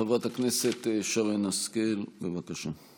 חברת הכנסת שרן השכל, בבקשה.